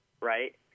Right